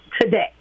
today